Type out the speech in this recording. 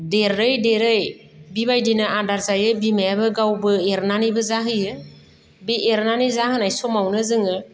देरै देरै बिबायदिनो आदार जायो बिमायाबो गावबो एरनानैबो जाहोयो बे एरनानै जाहोनाय समावनो जोङो